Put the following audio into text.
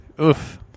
Oof